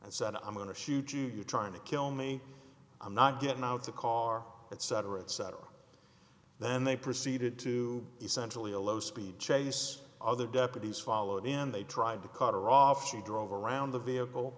and said i'm going to shoot you you're trying to kill me i'm not getting out of the car etc etc then they proceeded to essentially a low speed chase other deputies followed and they tried to cut her off she drove around the vehicle